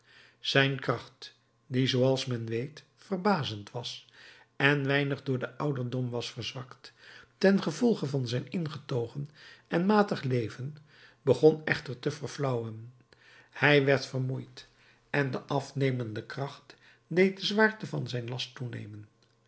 zijn kracht die zooals men weet verbazend was en weinig door den ouderdom was verzwakt ten gevolge van zijn ingetogen en matig leven begon echter te verflauwen hij werd vermoeid en de afnemende kracht deed de zwaarte van zijn last toenemen